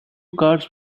cars